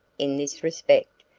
in this respect,